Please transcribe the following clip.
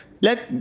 let